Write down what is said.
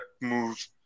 move